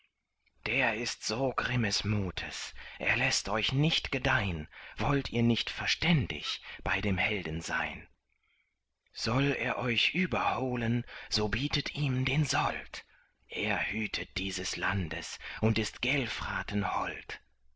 der ist so grimmes mutes er läßt euch nicht gedeihn wollt ihr nicht verständig bei dem helden sein soll er euch über holen so bietet ihm den sold er hütet dieses landes und ist gelfraten hold